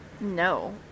No